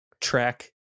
track